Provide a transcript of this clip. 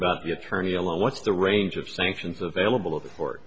about the attorney alone what's the range of sanctions available